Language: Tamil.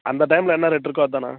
அந்த டைமில் என்ன ரேட் இருக்கோ அது தானா